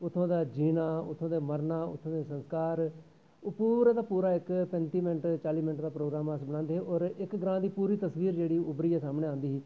उत्थूं दा जीना उत्थूं दा मरना उत्थूं दे संस्कार ओह् पूरे दा पूरा एक्क पैंती मैंट चाली मैंट प्रोग्राम अस बनांदे हे होर एक्क ग्रांऽ दी पूरी तस्वीर जेह्ड़ी उब्भरियै सामनै औंदी ही